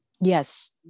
Yes